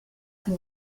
can